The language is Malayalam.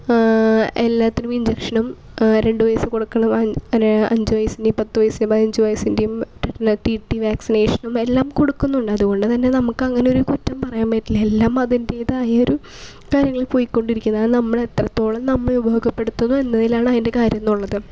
എല്ലാത്തിനും ഇഞ്ചക്ഷനും രണ്ടു വയസിന് കൊടുക്കണത് അഞ്ച് വയസിന് പത്തു വയസിന് പതിനഞ്ചു വയസ്സിൻറേം പിന്നെ റ്റി റ്റി വാക്സിനേഷനും എല്ലാം കൊടുക്കുന്നുണ്ട് അതുകൊണ്ടു തന്നെ നമുക്ക് അങ്ങനെ ഒരു കുറ്റം പറയാൻ പറ്റില്ല എല്ലാം അതിൻ്റെതായ ഒരു കാര്യങ്ങളും പോയിക്കൊണ്ടിരിക്കുന്നത് അത് നമ്മളെത്രത്തോളം നമ്മൾ ഉപയോഗപ്പെടുത്തും എന്നതിലാണ് അതിൻ്റെ കാര്യം എന്നുള്ളത്